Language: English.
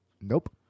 Nope